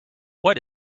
what